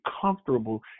comfortable